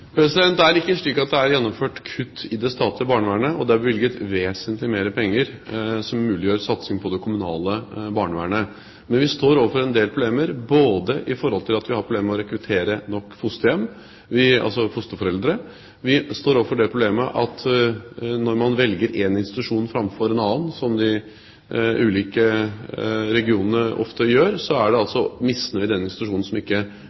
Det er ikke slik at det er gjennomført kutt i det statlige barnevernet, og det er bevilget vesentlig mer penger som muliggjør satsing på det kommunale barnevernet. Men vi står overfor en del problemer. Vi har problemer med å rekruttere nok fosterforeldre. Vi står overfor det problemet at når man velger én institusjon framfor en annen, som de ulike regionene ofte gjør, mister vi den institusjonen som ikke